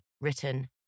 written